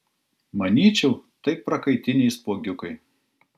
manyčiau tai prakaitiniai spuogiukai